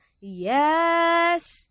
yes